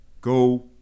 go